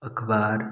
अखबार